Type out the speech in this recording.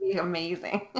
Amazing